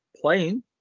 playing